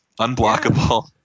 Unblockable